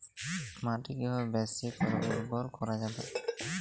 মাটি কিভাবে বেশী করে উর্বর করা যাবে?